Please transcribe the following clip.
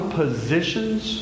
positions